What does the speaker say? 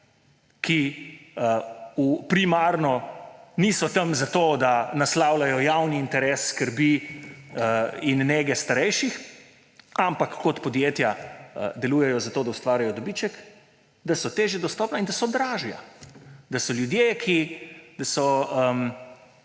ki primarno niso tam zato, da naslavljajo javni interes skrbi in nege starejših, ampak kot podjetja delujejo, da ustvarjajo dobiček, da so težje dostopna in da so dražja. Da so ljudje, da so